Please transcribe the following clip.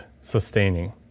sustaining